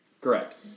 Correct